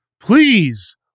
please